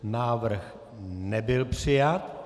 Návrh nebyl přijat.